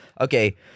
Okay